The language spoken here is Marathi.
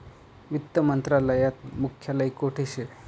वित्त मंत्रालयात मुख्यालय कोठे शे